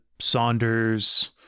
Saunders